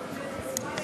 השר.